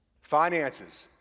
Finances